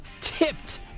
tipped